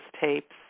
tapes